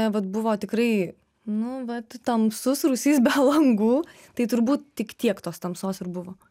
vat buvo tikrai nu vat tamsus rūsys be langų tai turbūt tik tiek tos tamsos ir buvo